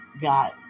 God